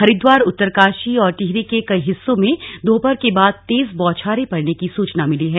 हरिद्वार उत्तरकाशी और टिहरी के कई हिस्सों में दोपहर के बाद तेज बौछारें पड़ने की सूचना मिली है